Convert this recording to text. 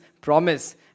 promise